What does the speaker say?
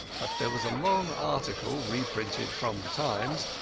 but there was a long article, reprinted from the times,